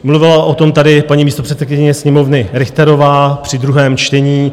Mluvila o tom tady paní místopředsedkyně Sněmovny Richterová při druhém čtení.